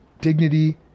dignity